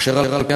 אשר על כן,